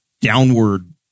Downward